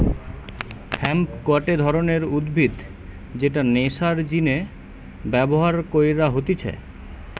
hemp গটে ধরণের উদ্ভিদ যেটা নেশার জিনে ব্যবহার কইরা হতিছে